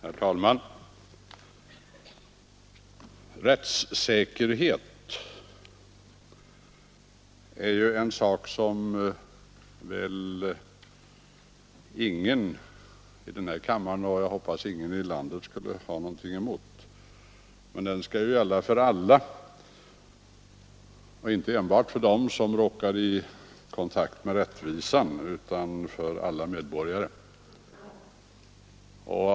Herr talman! Rättssäkerhet är ju en sak som väl ingen i den här kammaren och jag hoppas ingen i landet skulle ha någonting emot. Men den skall ju gälla för alla medborgare, inte enbart för dem som råkar i kontakt med rättvisan.